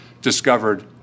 discovered